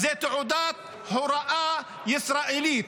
תעודת הוראה ישראלית.